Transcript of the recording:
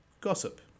gossip